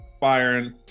firing